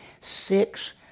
six